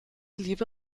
liebe